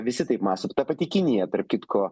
visi taip mąsto ta pati kinija tarp kitko